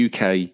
UK